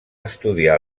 estudiar